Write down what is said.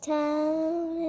town